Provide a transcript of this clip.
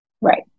right